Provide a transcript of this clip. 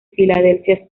philadelphia